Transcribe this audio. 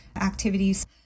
activities